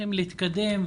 צריכים להתקדם.